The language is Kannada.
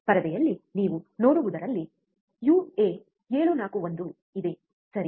ಪರದೆಯಲ್ಲಿ ನೀವು ನೋಡುವುದರಲ್ಲಿ uA741 ಇದೆ ಸರಿ